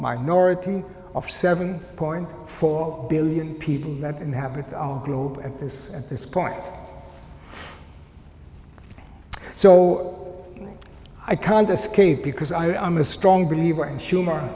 minority of seven point four billion people that inhabit the globe at this at this point so i can't escape because i am a strong believer in humor